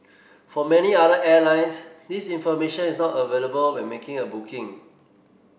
for many other airlines this information is not available when making a booking